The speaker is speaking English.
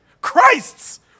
Christ's